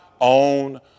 own